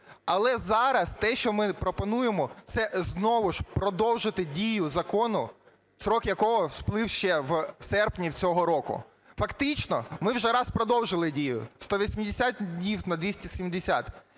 Але зараз те, що ми пропонуємо, це знову ж продовжити дію закону строк якого сплив в серпні цього року. Фактично ми вже один раз продовжили дію з 180 днів на 270.